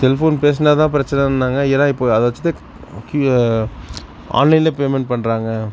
cellphone பேசினா தான் பிரச்சனைன்னாங்க ஏன்னா இப்போ அதை வச்சு தான் ஆன்லைன்லேயே பேமெண்ட் பண்ணுறாங்க